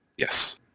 Yes